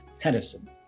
Tennyson